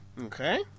Okay